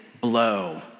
blow